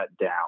down